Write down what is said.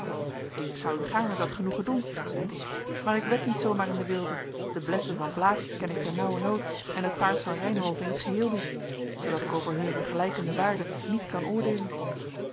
ik zou u gaarne dat genoegen doen zeide ik maar ik wed niet zoo maar in den wilde de blessen van blaek ken ik ternauwernood en het paard van reynhove in t geheel niet zoodat ik over hunne vergelijkende waarde niet kan oordeelen